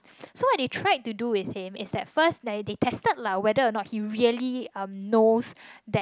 so what they tried to do with him is that first they tested lah whether a not he really um knows that